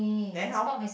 then how